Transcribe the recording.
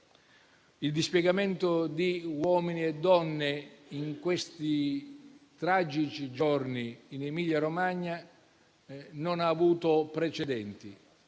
Il dispiegamento di uomini e donne in questi tragici giorni in Emilia-Romagna non ha avuto precedenti.